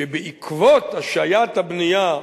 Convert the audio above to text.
שבעקבות השעיית הבנייה,